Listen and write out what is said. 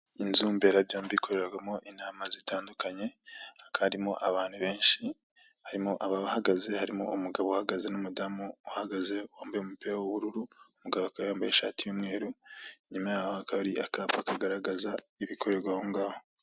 Inzu mberabyombi ikoreragamo intama zitandukanye haririmo abantu benshi harimo abahagaze harimo umugabo uhagaze n'umudamu uhagaze wambaye umupira w'ubururu umugabo yambaye ishati y'umweru nyumaho aka ari akapa kagaragaza ibikorerwa aho ngaho.